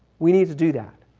we need to do that.